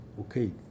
okay